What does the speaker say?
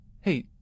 Hey